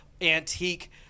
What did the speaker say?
antique